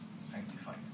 sanctified